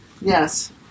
Yes